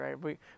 right